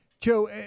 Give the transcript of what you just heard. Joe